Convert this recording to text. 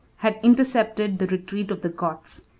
had intercepted the retreat of the goths.